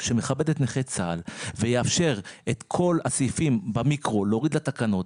שמכבד את נכי צה"ל ויאפשר את כל הסעיפים במיקרו להוריד לתקנות,